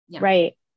right